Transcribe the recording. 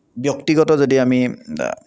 ব্যক্তিগত যদি আমি